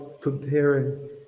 comparing